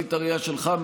מזווית הראייה שלך,